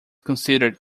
considered